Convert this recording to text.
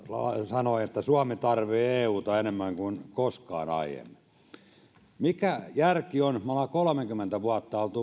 sanoi että suomi tarvitsee euta enemmän kuin koskaan aiemmin mikä järki siinä on me olemme kolmekymmentä vuotta